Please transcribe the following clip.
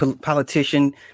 politician